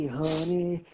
honey